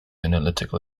analytical